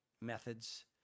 methods